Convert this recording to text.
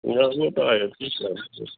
उहा उह त आहे ठीकु आहे